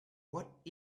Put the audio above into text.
what